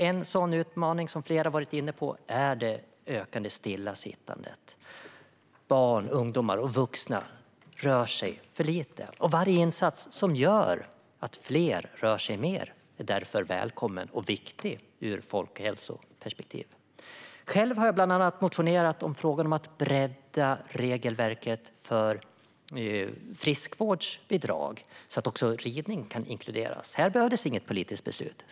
En sådan utmaning är, som flera har varit inne på, det ökande stillasittandet. Barn, ungdomar och vuxna rör sig för lite. Därför är varje insats som leder till att fler rör sig mer välkommen och viktig, ur ett folkhälsoperspektiv. Jag har bland annat motionerat om att bredda regelverket för friskvårdsbidrag, så att också ridning kan inkluderas. Där behövdes inget politiskt beslut.